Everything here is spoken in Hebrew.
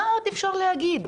מה עוד אפשר להגיד?